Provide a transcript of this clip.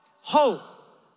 Hope